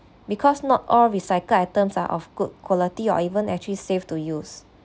because not all recycled items are of good quality or even actually safe to use